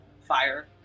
fire